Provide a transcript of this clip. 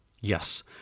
yes